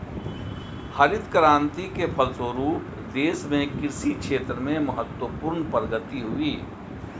हरित क्रान्ति के फलस्व रूप देश के कृषि क्षेत्र में महत्वपूर्ण प्रगति हुई